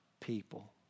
people